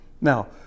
Now